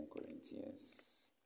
Corinthians